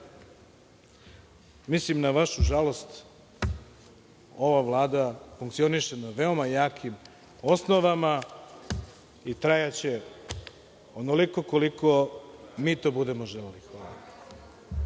mislim da, na vašu žalost, ova vlada funkcioniše na veoma jakim osnovama i trajaće onoliko koliko mi to budemo želeli. Hvala.